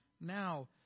Now